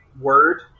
word